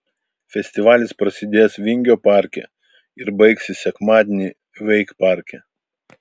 festivalis prasidės vingio parke ir baigsis sekmadienį veikparke